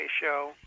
show